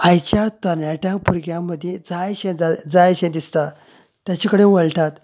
आयच्या तरणाट्या भुरग्यां मदीं जाय जायशे दिसता ताचे कडेन वळटात